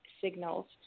signals